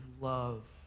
love